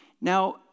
Now